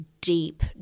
deep